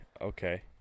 Okay